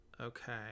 Okay